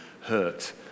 hurt